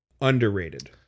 underrated